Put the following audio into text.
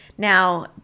Now